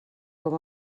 com